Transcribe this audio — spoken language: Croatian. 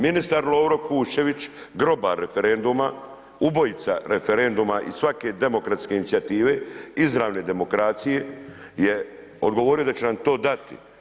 Ministar Lovro Kušćević grobar referenduma, ubojica referenduma i svake demokratske inicijative izravne demokracije je odgovorio da će nam to dati.